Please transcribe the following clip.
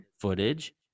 footage